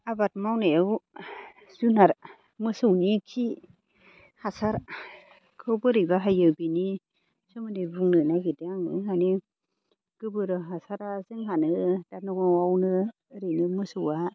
आबाद मावनायाव जुनार मोसौनि खि हासारखौ बोरै बाहायो बिनि सोमोन्दै बुंनो नागिरदों आङो माने गोबोर हासारा जोंहानो न'आवनो ओरैनो मोसौआ